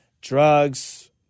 drugs